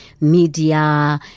media